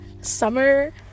summer